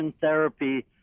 therapy